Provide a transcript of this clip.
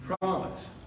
promise